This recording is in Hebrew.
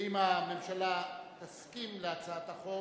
ואם הממשלה תסכים להצעת החוק,